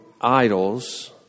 idols